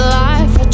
life